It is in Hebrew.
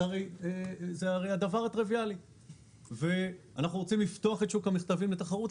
אנחנו רוצים לפתוח את שוק המכתבים לתחרות,